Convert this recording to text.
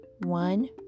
one